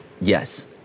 Yes